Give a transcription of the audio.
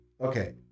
okay